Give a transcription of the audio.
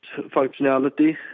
functionality